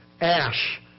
Ash